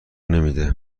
نمیده